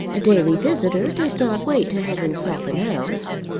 a daily visitor does not wait to have himself announced.